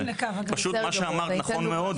אבל מה שאמרת נכון מאוד,